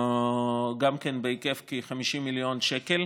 גם כן בהיקף של כ-50 מיליון שקל,